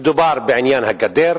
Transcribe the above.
מדובר בעניין הגדר,